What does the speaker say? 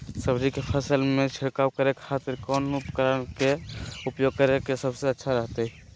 सब्जी के फसल में छिड़काव करे के खातिर कौन उपकरण के उपयोग करें में सबसे अच्छा रहतय?